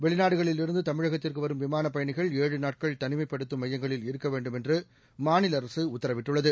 வெளிநாடுகளில் இருந்து தமிழகத்திற்கு வரும் விமானப்பயணிகள் ஏழு நாட்கள் தனிமைப்படுத்தும் மையங்களில் இருக்க வேண்டும் என்று மாநில அரசு உத்தரவிட்டுள்ளது